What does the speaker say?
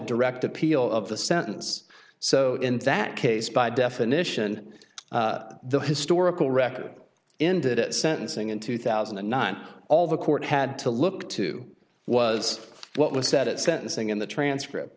direct appeal of the sentence so in that case by definition the historical record ended at sentencing in two thousand and nine all the court had to look to was what was said at sentencing in the transcript